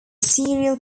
serial